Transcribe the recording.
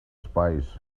spies